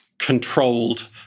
Controlled